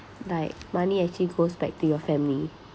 like money actually goes back to your family